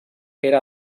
era